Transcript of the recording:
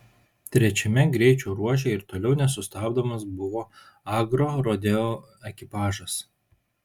trečiame greičio ruože ir toliau nesustabdomas buvo agrorodeo ekipažas